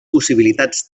possibilitats